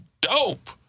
dope